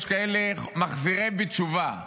יש כאלה מחזירים בתשובה,